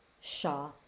Shaw